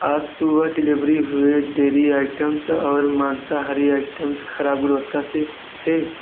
आज सुबह डिलीवरी हुए डेरी आइटम्स और माँसाहारी आइटम्स खराब गुणवत्ता से थे